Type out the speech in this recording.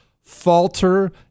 falter